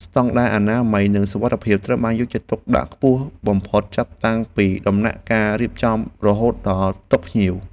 ស្តង់ដារអនាម័យនិងសុវត្ថិភាពត្រូវបានយកចិត្តទុកដាក់ខ្ពស់បំផុតចាប់តាំងពីដំណាក់កាលរៀបចំរហូតដល់តុភ្ញៀវ។